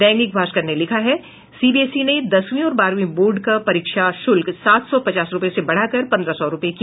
दैनिक भास्कर ने लिखा है सीबीएसई ने दसवीं और बारहवीं बोर्ड की परीक्षा फीस सात सौ पचास रूपये से बढ़ाकर पंद्रह सौ रूपये की